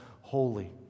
holy